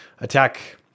attack